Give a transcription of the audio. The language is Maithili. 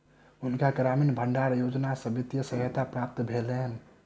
हुनका ग्रामीण भण्डारण योजना सॅ वित्तीय सहायता प्राप्त भेलैन